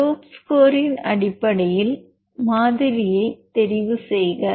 dope ஸ்கோரின் அடிப்படையில் மாதிரியைத் தேர்வுசெய்க